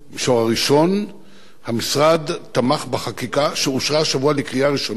במישור הראשון המשרד תמך בחקיקה שאושרה השבוע לקריאה ראשונה,